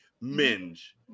Minge